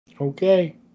Okay